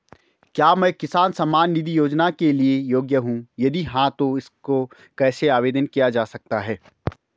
क्या मैं किसान सम्मान निधि योजना के लिए योग्य हूँ यदि हाँ तो इसको कैसे आवेदन किया जा सकता है?